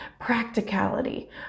practicality